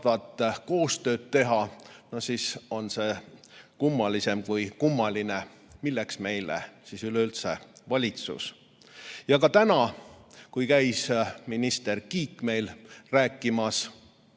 koostööd teha, siis on see kummalisem kui kummaline. Milleks meile siis üleüldse valitsus? Ka täna, kui minister Kiik käis meil rääkimas